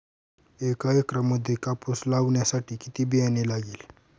एका एकरामध्ये कापूस लावण्यासाठी किती बियाणे लागेल?